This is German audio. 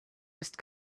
ist